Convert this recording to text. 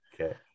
okay